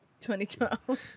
2012